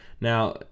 Now